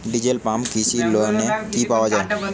Diesel pump কৃষি লোনে কি পাওয়া য়ায়?